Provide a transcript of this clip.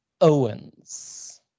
Owens